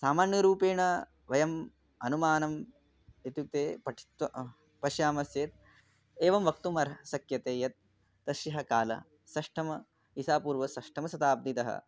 सामान्यरूपेण वयं अनुमानम् इत्युक्ते पठित्वा पश्यामश्चेत् एवं वक्तुम् अर्ह् शक्यते यत् तस्य कालः षष्टम इसापूर्व षष्टमशताब्दितः